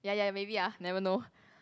ya ya maybe ah never know